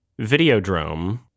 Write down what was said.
Videodrome